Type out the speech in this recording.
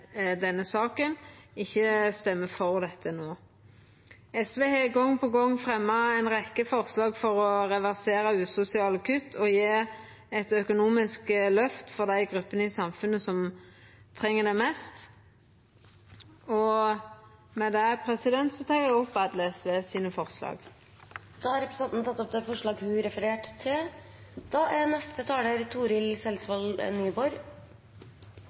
denne saka, ikkje stemmer for dette no. SV har gong på gong fremja ei rekke forslag for å reversera usosiale kutt og å gje eit økonomisk løft for dei gruppene i samfunnet som treng det mest. Med dette tek eg opp forslaga nr. 11–14, frå SV. Representanten Solfrid Lerbrekk har tatt opp de forslagene hun refererte til. Sjølv om denne saka er